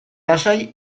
lasai